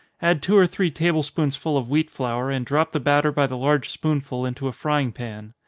add two or three table-spoonsful of wheat flour, and drop the batter by the large spoonful into a frying pan.